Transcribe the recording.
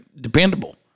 dependable